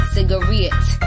Cigarettes